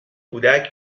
کودک